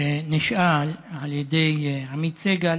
נשאל על ידי עמית סגל